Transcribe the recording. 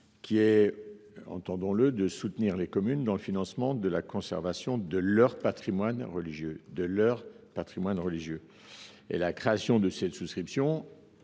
la souscription est de soutenir les communes dans le financement de la conservation de leur patrimoine religieux. L’instauration de cette souscription